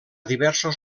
diversos